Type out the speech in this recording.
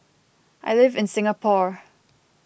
I live in Singapore